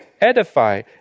edify